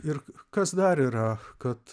ir kas dar yra kad